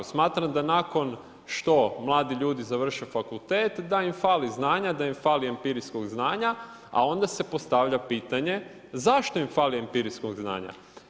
Smatram da nakon što mladi ljudi završe fakultet da im fali znanja, da im fali empirijskog znanja, a onda se postavlja pitanje zašto im fali empirijskog znanja?